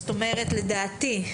לדעתי,